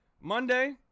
monday